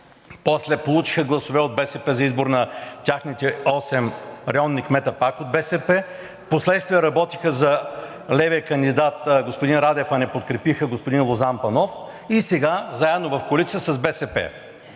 после получиха гласове от БСП за избор на техните осем районни кметове пак от БСП, впоследствие работиха за левия кандидат господин Радев, а не подкрепиха господин Лозан Панов и сега – заедно в коалиция с БСП.